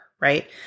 right